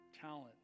talent